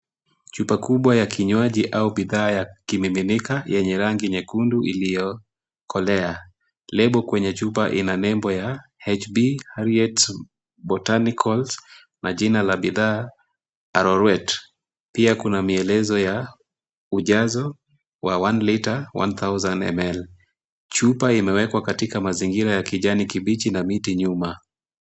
Chupa kubwa ya kinywaji au bidhaa yakimiminika yenye rangi nyekundu iliyokolea. Lebo kwenye chupa ina nembo ya HB Harriet Botanicals na jina la bidhaa Arorwet . Pia kuna mielezo ya ujazo wa one litre one thousand ml . Chupa imewekwa katika mazingira ya kijani kibichi na miti nyuma.